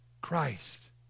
Christ